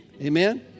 Amen